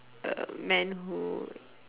uh man who